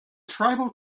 tribal